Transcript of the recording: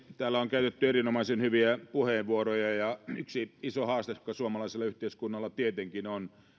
täällä on käytetty erinomaisen hyviä puheenvuoroja ja yksi iso haaste joka suomalaisella yhteiskunnalla tietenkin on